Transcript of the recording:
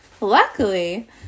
Luckily